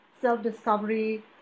self-discovery